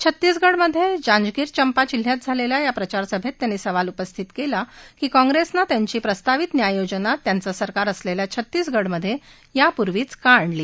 छत्तीसगढमधे जांजगीर चंपा जिल्ह्यात झालेल्या या प्रचार सभेत त्यांनी सवाल उपस्थित केला की काँग्रेसने त्यांची प्रस्तावित न्याय योजना त्यांचं सरकार असलेल्या छत्तीसगडमधे यापूर्वीच का नाही आणली